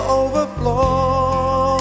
overflow